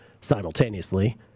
simultaneously